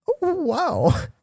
Wow